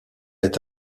est